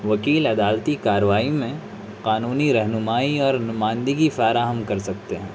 وکیل عدالتی کارروائی میں قانونی رہنمائی اور نمائندگی فراہم کر سکتے ہیں